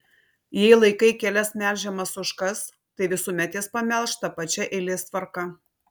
jei laikai kelias melžiamas ožkas tai visuomet jas pamelžk ta pačia eilės tvarka